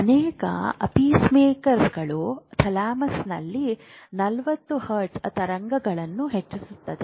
ಅನೇಕ ಪೇಸ್ಮೇಕರ್ಗಳು ಥಾಲಮಸ್ನಲ್ಲಿ 40 ಹರ್ಟ್ಜ್ ತರಂಗಗಳನ್ನು ಹೆಚ್ಚಿಸುತ್ತವೆ